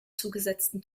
zugesetzten